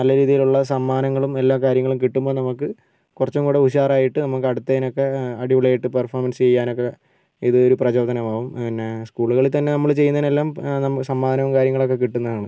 നല്ലരീതിയിലുള്ള സമ്മാനങ്ങളും എല്ലാ കാര്യങ്ങളും കിട്ടുമ്പോൾ നമുക്ക് കുറച്ചും കൂടെ ഉഷാറായിട്ട് നമുക്ക് അടുത്തതിന് ഒക്കെ അടിപൊളിയായിട്ട് പെർഫോമൻസ് ചെയ്യാനൊക്കെ ഇത് ഒരു പ്രചോദനമാകും പിന്നെ സ്കൂളുകളിൽ തന്നെ നമ്മള് ചെയ്യുന്നതിന് എല്ലാം സമ്മാനവും കാരിനങ്ങളുമൊക്കെ കിട്ടുന്നതാണ്